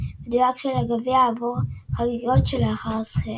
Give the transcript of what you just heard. מדויק של הגביע עבור החגיגות שלאחר הזכייה.